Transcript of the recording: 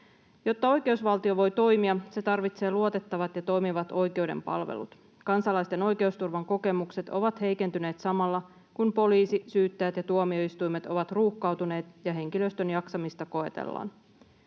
Jotta oikeusvaltio voi toimia, se tarvitsee luotettavat ja toimivat oikeuden palvelut. Kansalaisten oikeusturvan kokemukset ovat heikentyneet samalla, kun poliisi, syyttäjät ja tuomioistuimet ovat ruuhkautuneet ja henkilöstön jaksamista koetellaan.